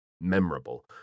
memorable